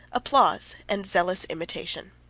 applause and zealous imitation.